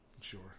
Sure